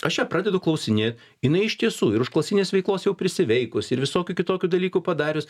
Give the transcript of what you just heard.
aš ją pradedu klausinėt jinai iš tiesų ir užklasinės veiklos jau prisiveikus ir visokių kitokių dalykų padarius